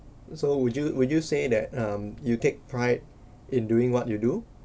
so would you would you say that um you take pride in doing what you do